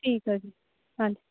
ਠੀਕ ਹੈ ਜੀ ਹਾਂਜੀ